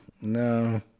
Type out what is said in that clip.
No